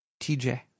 TJ